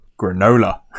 granola